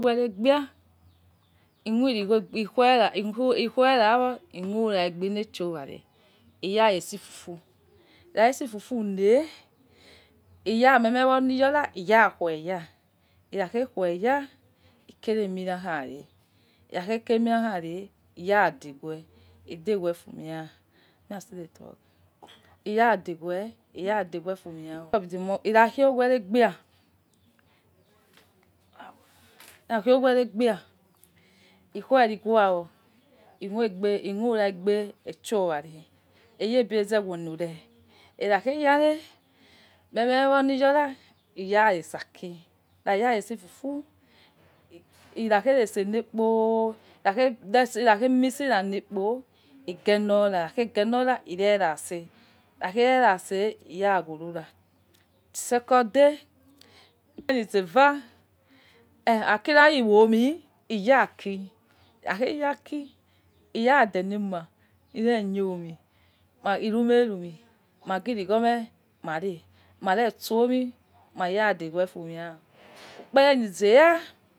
Ukpere gbia ikhu igwori ikhue awo yole sho owa re ira itse fufu ikha itse fufu le iya meme liyo na iyakhuya ikha ghe khue ya ikere mie makha ne ikhaghe kere imie makhare iyadegwe degwe fumie make i still dey talk iya degwe fumie awo ikha khuogwo irebia ikhue loigwo awo ikhuragbe aishowa re eye beza wello ore ikhaghe yare meme wo liyora ira itse aki ikhaya itse fufu ikhaghe ise lekpo ighelo ikhaghe ere rera itse ira ghoro ra second day ukpere lizeva okha kira imo'onu iyaki ikhaghe yaki iyadele ma ire khuomi iremaina iremai iyemi magi irigwo me mare inaya degwe fumiowo ukpere lizeya.